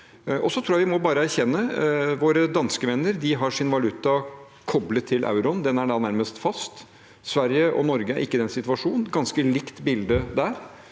vi må erkjenne at våre danske venner har sin valuta koblet til euroen – den er da nærmest fast. Sverige og Norge er ikke i den situasjonen – et ganske likt bilde der.